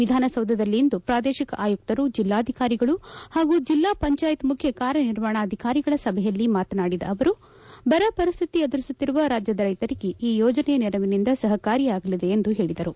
ವಿಧಾನಸೌಧದಲ್ಲಿಂದು ಪೂದೇಶಿಕ ಆಯುಕ್ತರು ಜಿಲ್ಲಾಧಿಕಾರಿಗಳು ಪಾಗೂ ಜಿಲ್ಲಾ ಪಂಚಾಯತ್ ಮುಖ್ಯ ಕಾರ್ಯನಿರ್ವಪಣಾ ಅಧಿಕಾರಿಗಳ ಸಭೆಯಲ್ಲಿ ಮಾತನಾಡಿದ ಅವರು ಬರಪರಿಸ್ತಿತಿ ಎದುರಿಸುತ್ತಿರುವ ರಾಜ್ಯದ ರೈತರಿಗೆ ಈ ಯೋಜನೆ ನೆರವಿನಿಂದ ಸಪಕಾರಿಯಾಗಲಿದೆ ಎಂದು ಪೇಳಿದರು